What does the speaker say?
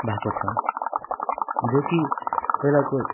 भएको छ जो कि पहिलाको